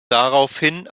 daraufhin